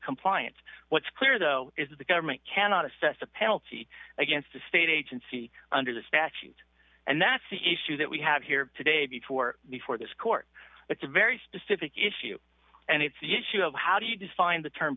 compliance what's clear though is that the government cannot assess a penalty against the state agency under the statute and that's the issue that we have here today before before this court it's a very specific issue and it's the issue of how do you define the term